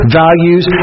values